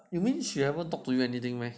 you mean she haven't talk to you anything meh